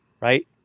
right